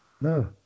no